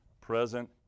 present